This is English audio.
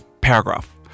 paragraph